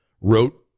wrote